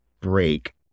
break